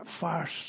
first